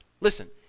Listen